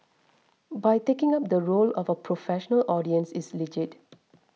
by taking up the role of a professional audience is legit